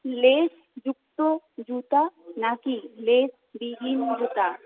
লেশযুক্ত জুতো নাকি লেশবিহীন জুতো